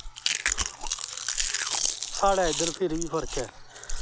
साढ़े इद्धर फिर बी फर्क ऐ